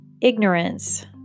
ignorance